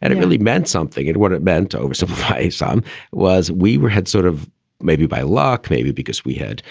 and it really meant something. and what it meant to oversimplify some was we were had sort of maybe by law, maybe because we had